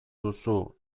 duzu